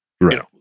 Right